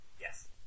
Yes